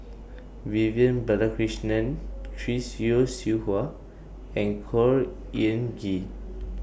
Vivian Balakrishnan Chris Yeo Siew Hua and Khor Ean Ghee